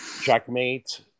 checkmate